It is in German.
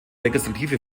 legislative